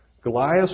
Goliath